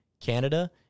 Canada